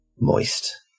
moist